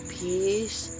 peace